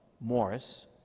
Morris